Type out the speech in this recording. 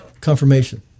confirmation